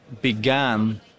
began